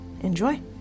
enjoy